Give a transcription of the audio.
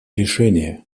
решения